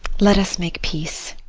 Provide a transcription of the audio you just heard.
let us make peace.